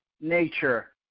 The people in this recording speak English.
nature